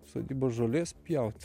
sodybą žolės pjaut